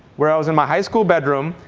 where i was in my high school bedroom,